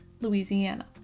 Louisiana